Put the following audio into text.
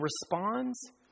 responds